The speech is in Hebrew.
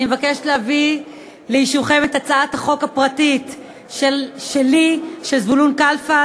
אני מבקשת להביא לאישורכם את הצעת החוק הפרטית שלי ושל זבולון קלפה,